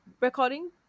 recording